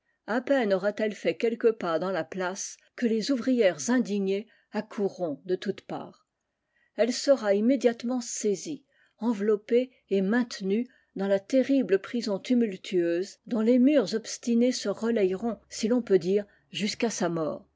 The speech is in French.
a peine aura-t-elle fait quelques pas dans la place que les ouvrières indignées accourront de toutes parts elle sera immédiatement saisie enveloppée et maintenue dans la terrible prison tumultueuse dont les murs obstinés se relayeront si ton peut dire jusqu'à sa mort